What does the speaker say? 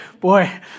boy